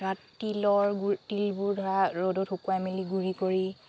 ধৰা তিলৰ গুড় তিলবোৰ ধৰা ৰ'দত শুকুৱাই মেলি গুড়ি কৰি